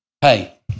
Hey